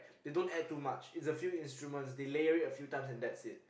they don't add too much they layer a few times and that's it